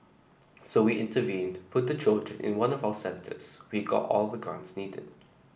so we intervened put the children in one of our centres we got all the grants needed